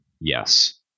yes